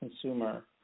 consumer